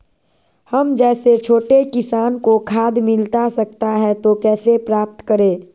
हम जैसे छोटे किसान को खाद मिलता सकता है तो कैसे प्राप्त करें?